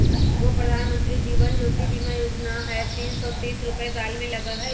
गो प्रधानमंत्री जीवन ज्योति बीमा योजना है तीन सौ तीस रुपए साल में लगहई?